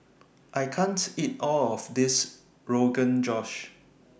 I can't eat All of This Rogan Josh